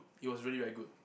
it was really very good